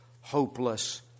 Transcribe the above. hopeless